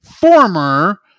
former